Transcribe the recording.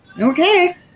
Okay